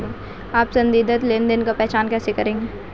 आप संदिग्ध लेनदेन की पहचान कैसे करेंगे?